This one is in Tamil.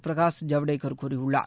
பிரகாஷ் ஜவடேகர் கூறியுள்ளார்